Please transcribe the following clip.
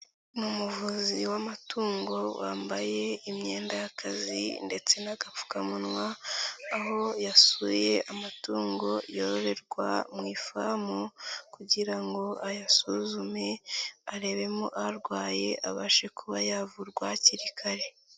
Ni umuvuzi w'amatungo wambaye imyenda y'akazi ndetse n'agapfukamunwa aho yasuye amatungo yororerwa mu ifamu kugira ngo ayasuzume arebemo arwaye abashe kuba yavurwa hakiri kare.